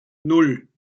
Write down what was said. nan